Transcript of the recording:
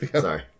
Sorry